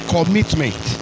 Commitment